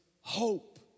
hope